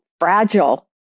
fragile